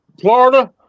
Florida